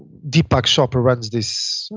deepak chopra runs this,